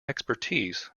expertise